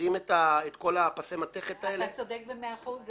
מבעירים את כל פסי המתכת האלה -- אתה צודק במאה אחוז,